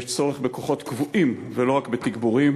יש צורך בכוחות קבועים ולא רק בתגבורים.